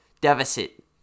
deficit